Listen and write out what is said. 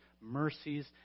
mercies